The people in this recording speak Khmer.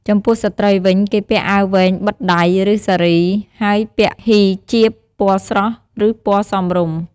ចំពោះស្ត្រីវិញ គេពាក់អាវវែងបិទដៃ ឬ សារី ហើយពាក់ហ៊ីជាប ពណ៌ស្រស់ ឬ ពណ៌សមរម្យ។